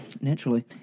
Naturally